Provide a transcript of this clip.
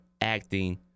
acting